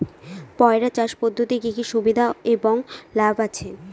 পয়রা চাষ পদ্ধতির কি কি সুবিধা এবং লাভ আছে?